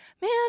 man